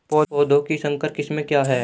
पौधों की संकर किस्में क्या हैं?